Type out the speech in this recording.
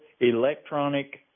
electronic